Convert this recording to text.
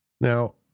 Now